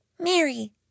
Mary